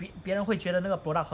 别人会觉得那个 product 很